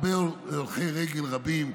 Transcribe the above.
הולכי רגל רבים,